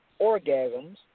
orgasms